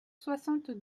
soixante